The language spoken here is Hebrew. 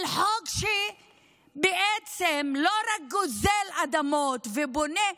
על חוק שבעצם לא רק גוזל אדמות ובונה,